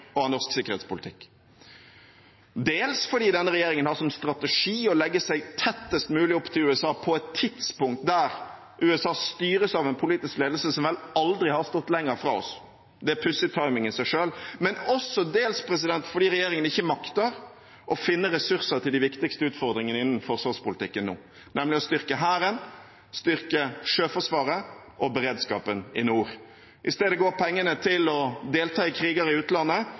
og av norsk sikkerhetspolitikk, dels fordi denne regjeringen har som strategi å legge seg tettest mulig opp til USA på et tidspunkt da USA styres av politisk ledelse som vel aldri har stått lenger fra oss – det er i seg selv en pussig timing – og dels fordi regjeringen ikke makter å finne ressurser til de viktigste utfordringene innen forsvarspolitikken nå, nemlig å styrke Hæren, styrke Sjøforsvaret og beredskapen i nord. I stedet går pengene til å delta i kriger i utlandet